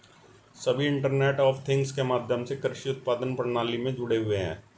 सभी internet of things के माध्यम से कृषि उत्पादन प्रणाली में जुड़े हुए हैं